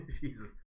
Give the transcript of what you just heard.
Jesus